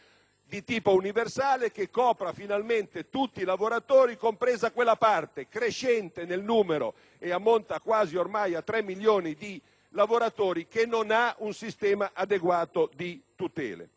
di tipo universale che copra finalmente tutti i lavoratori, compresa quella parte crescente nel numero - che ammonta ormai a quasi tre milioni di lavoratori - che non ha un sistema adeguato di tutele.